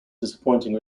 disappointing